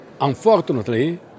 unfortunately